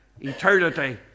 Eternity